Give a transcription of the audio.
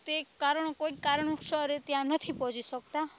તે કારણો કોઈક કારણોસર એ ત્યાં નથી પહોંચી શકતા